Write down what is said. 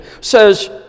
says